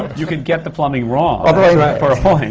you can get the plumbing wrong for a point.